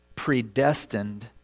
predestined